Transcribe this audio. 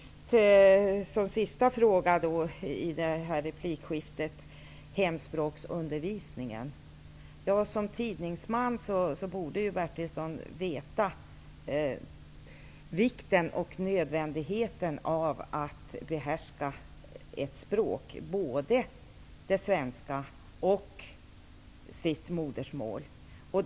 Så till den sista frågan i det här replikskiftet, nämligen hemspråksundervisningen. Som tidningsman borde Stig Bertilsson veta vikten och nödvändigheten av att behärska språket, både det svenska språket och hemspråket.